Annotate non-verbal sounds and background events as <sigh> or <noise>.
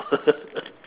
<laughs>